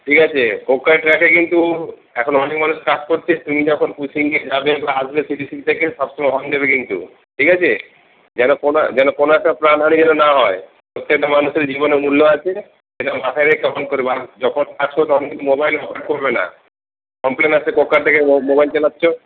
ঠিক আছে কোক্কার ট্র্যাকে কিন্তু এখন অনেক মানুষ কাজ করছে তুমি যখন পুশিংয়ে যাবে আসবে ফিনিশিং দেখে সবসময় হর্ন দেবে কিন্তু ঠিক আছে যেন কোনো যেন কোনো একটা প্রাণহানি যেন না হয় প্রত্যেকটা মানুষের জীবনের মূল্য আছে এটা মাথায় রেখে যখন কাজ করবে তখন কিন্তু মোবাইল অন করবে না কমপ্লেন আসছে কোক্কার থেকে মোবাইল চালাচ্ছ